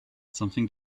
something